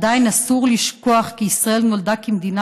עדיין אסור לשכוח כי ישראל נולדה כמדינה